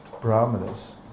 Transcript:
brahmanas